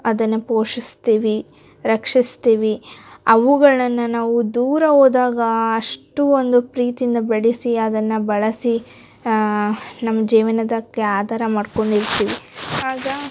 ಅದನ್ನ ಪೋಷಿಸ್ತೀವಿ ರಕ್ಷಿಸ್ತೀವಿ ಅವುಗಳನ್ನ ನಾವು ದೂರ ಹೋದಾಗ ಅಷ್ಟು ಒಂದು ಪ್ರೀತಿಯಿಂದ ಬಡಿಸಿ ಅದನ್ನ ಬಳಸಿ ನಮ್ಮ ಜೀವನದಕ್ಕೆ ಆಧಾರ ಮಾಡ್ಕೊಂಡಿರ್ತೀವಿ ಆಗ